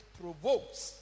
provokes